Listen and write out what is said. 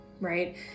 right